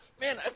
Man